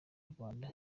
rwanda